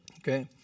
Okay